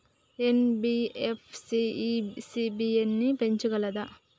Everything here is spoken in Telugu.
ఎన్.బి.ఎఫ్.సి ఇ.సి.బి ని పెంచగలదా?